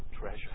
treasure